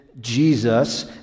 Jesus